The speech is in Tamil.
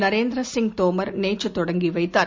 நரேந்திர சிங் தோமர் நேற்று தொடங்கி வைத்தார்